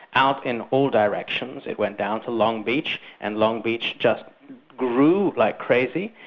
out in all directions. it went down to long beach and long beach just grew like crazy.